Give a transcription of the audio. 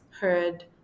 heard